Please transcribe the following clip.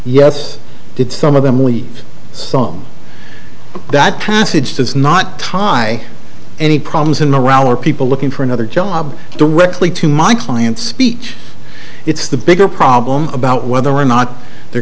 yes did some of them leave some that passage does not try any problems in morale or people looking for another job directly to my client speech it's the bigger problem about whether or not they're